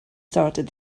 started